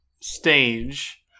stage